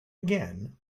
again